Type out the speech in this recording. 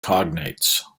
cognates